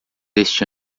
este